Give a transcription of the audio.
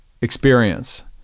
experience